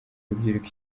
urubyiruko